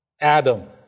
Adam